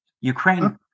Ukraine